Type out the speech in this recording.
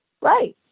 Right